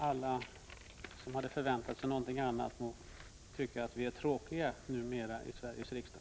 Alla som hade förväntat sig något annat må tycka att vi numera är tråkiga i Sveriges riksdag.